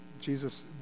Jesus